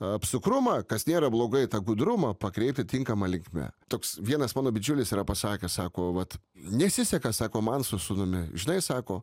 apsukrumą kas nėra blogai tą gudrumą pakreipti tinkama linkme toks vienas mano bičiulis yra pasakęs sako vat nesiseka sako man su sūnumi žinai sako